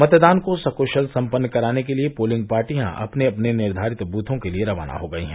मतदान को सक्शल सम्पन्न कराने के लिये पोलियां पार्टियां अपने अपने निर्धारित बूथों के लिये रवाना हो गयी हैं